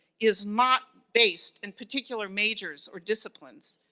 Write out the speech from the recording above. is not based in particular majors or disciplines.